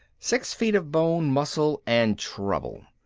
six feet of bone, muscle and trouble.